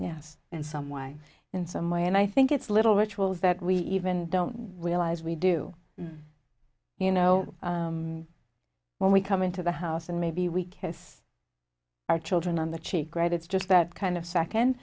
yes in some way in some way and i think it's a little rituals that we even don't realize we do you know when we come into the house and maybe we kiss our children on the cheek great it's just that kind of second